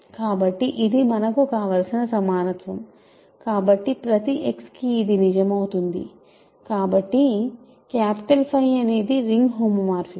కాబట్టి ఇది మనకు కావలసిన సమానత్వం కాబట్టి ప్రతి x కి ఇది నిజమవుతుంది కాబట్టి 𝚽 అనేది రింగ్ హోమోమార్ఫిజం